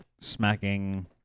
smacking